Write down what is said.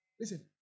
Listen